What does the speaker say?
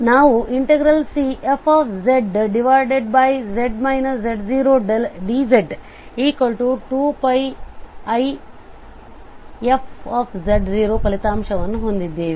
ನಾವು Cfz z0dz2πif ಫಲಿತಾಂಶವನ್ನು ಹೊಂದಿದ್ದೇವೆ